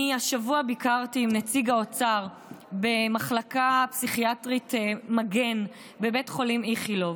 השבוע ביקרתי עם נציג האוצר במחלקה הפסיכיאטרית מגן בבית חולים איכילוב.